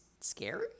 scary